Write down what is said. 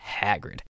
Hagrid